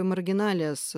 į marginalijas